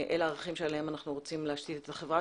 אלה הערכים עליהם אנחנו רוצים להשתית את החברה